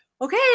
okay